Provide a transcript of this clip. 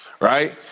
right